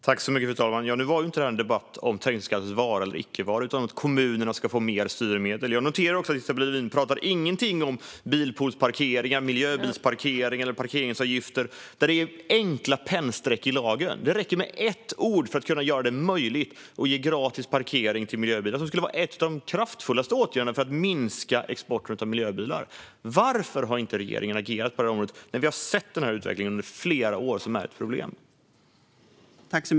Fru talman! Nu var inte detta en debatt om trängselskattens vara eller icke vara, utan det var en debatt om att kommunerna ska få mer styrmedel. Jag noterar att Isabella Lövin inte säger någonting om bilpoolsparkeringar, miljöbilsparkeringar eller parkeringsavgifter, där det handlar om enkla pennstreck i lagen. Det räcker med ett ord för att göra det möjligt att ge gratis parkering till miljöbilar. Det skulle vara en av de kraftfullaste åtgärderna för att minska exporten av miljöbilar. Varför har inte regeringen agerat på detta område, när vi har sett denna utveckling, som är ett problem, under flera år?